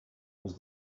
was